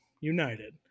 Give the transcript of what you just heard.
United